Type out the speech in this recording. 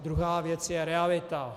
Druhá věc je realita.